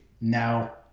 now